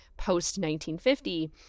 post-1950